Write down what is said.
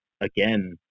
again